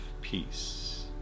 peace